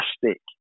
fantastic